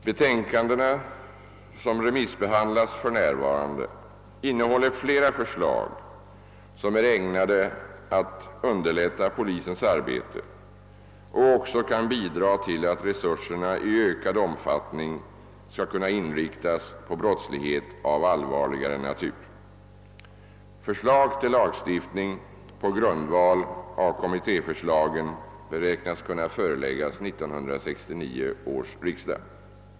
Betänkandena, som remissbehandlas för närvarande, innehåller flera förslag som är ägnade att underlätta polisens arbete och också kan bidra till att resurserna i ökad omfattning skall kunna inriktas på brottslighet av allvarligare natur. Förslag till lagstiftning på grundval av kommittéförslagen beräknas kunna föreläggas 1969 års riksdag.